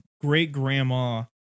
great-grandma